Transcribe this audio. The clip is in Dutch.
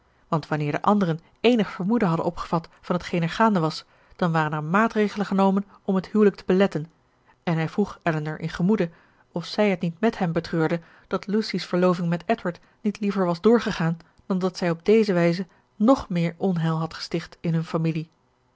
want wanneer de anderen eenig vermoeden hadden opgevat van t geen er gaande was dan waren er maatregelen genomen om het huwelijk te beletten en hij vroeg elinor in gemoede of zij het niet met hem betreurde dat lucy's verloving met edward niet liever was doorgegaan dan dat zij op deze wijze nog meer onheil had gesticht in hun familie